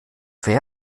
wer